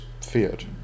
feared